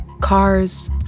Cars